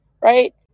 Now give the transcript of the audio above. right